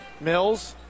Mills